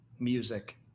music